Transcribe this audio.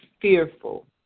fearful